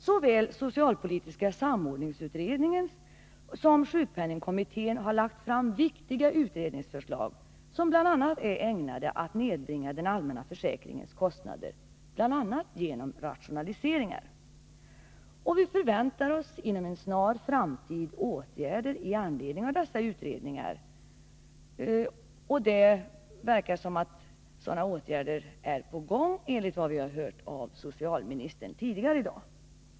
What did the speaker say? Såväl socialpolitiska samordningsutredningen som sjukpenningkommittén har lagt fram viktiga utredningsförslag, som bl.a. är ägnade att nedbringa den allmänna försäkringens kostnader genom rationaliseringar. Vi förväntar oss inom en snar framtid åtgärder i anledning av dessa utredningar. Det verkar som om sådana åtgärder är på gång, enligt vad vi har hört av socialministern tidigare i dag.